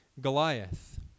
Goliath